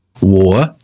War